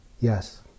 Yes